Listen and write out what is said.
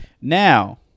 Now